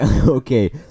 okay